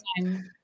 time